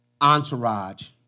entourage